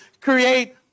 create